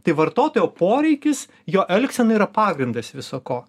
tai vartotojo poreikis jo elgsena yra pagrindas viso ko